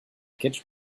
kitchen